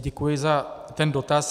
Děkuji za ten dotaz.